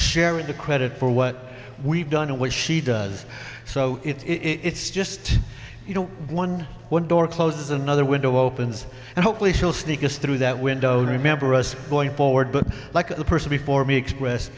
share in the credit for what we've done and what she does so it's just you know one door closes another window opens and hopefully she'll sneak through that window and remember us going forward but like the person before me express